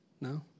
No